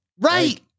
Right